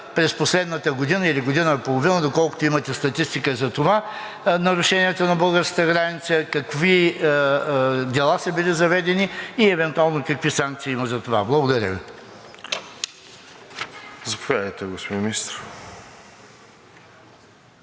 през последната година или година и половина, доколкото имате статистика, нарушенията на българската граница, какви дела са били заведени и евентуално какви санкции има за това? Благодаря Ви. ПРЕДСЕДАТЕЛ РОСЕН